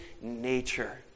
nature